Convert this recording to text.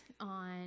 on